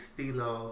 Stilo